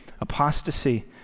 apostasy